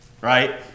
right